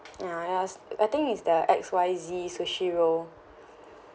ya and I was I think is the X Y Z sushi roll